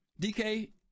dk